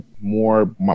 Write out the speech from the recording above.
more